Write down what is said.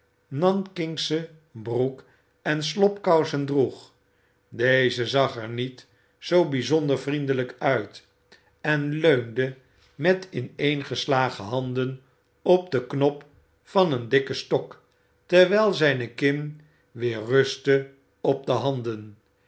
nankingsche broek en slobkousen droeg deze zag er niet zoo bijzonder vriendelijk uit en leunde met ineengeslagen handen op den knop van een dikken stok terwijl zijne kin weer rustte op de handen